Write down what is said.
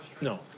no